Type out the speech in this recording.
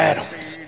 Adams